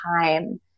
time